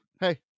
hey